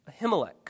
Ahimelech